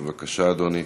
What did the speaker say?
בבקשה, אדוני,